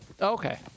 Okay